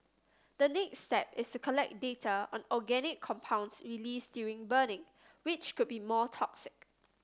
the next step is collect data on organic compounds released during burning which could be more toxic